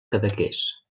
cadaqués